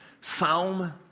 Psalm